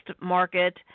market